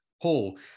Paul